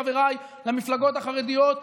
חבריי למפלגות החרדיות,